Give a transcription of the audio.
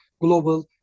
global